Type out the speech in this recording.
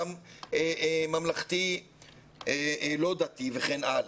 גם ממלכתי לא דתי וכן הלאה.